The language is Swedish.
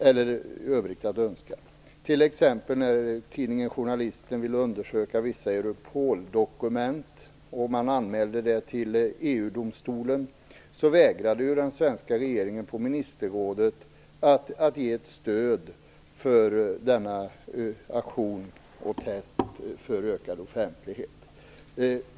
När tidningen Journalisten t.ex. ville undersöka vissa Europoldokument och sedan anmälde det till EU-domstolen vägrade den svenska regeringen att i ministerrådet ge ett stöd för denna aktion för och detta test på ökad offentlighet.